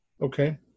Okay